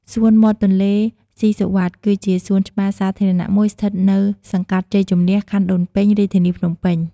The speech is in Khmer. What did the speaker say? សួនមាត់ទន្លេស៊ីសុវត្ថិ គឺជាសួនច្បារសាធារណៈមួយស្ថិតនៅសង្កាត់ជ័យជំនះ ខណ្ឌដូនពេញ រាជធានីភ្នំពេញ។